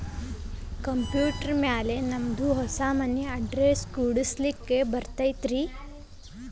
Computer ಮ್ಯಾಲೆ ನಮ್ದು ಹೊಸಾ ಮನಿ ಅಡ್ರೆಸ್ ಕುಡ್ಸ್ಲಿಕ್ಕೆ ಬರತೈತ್ರಿ?